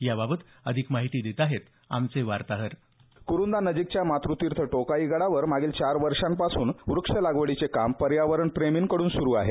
याबाबत अधिक माहिती देत आहेत आमचे वार्ताहर क्रुंदा नजीकच्या मातृतिर्थ टोकाई गडावर मागील चार वर्षापासून व्रक्ष लागवडीचे काम पर्यावरणप्रेमींकडून सुरू आहे